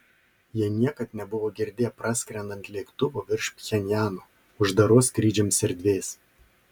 jie niekad nebuvo girdėję praskrendant lėktuvo virš pchenjano uždaros skrydžiams erdvės